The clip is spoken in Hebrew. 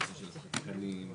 לא מדברים על תוכניות עירוניות.